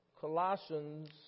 Colossians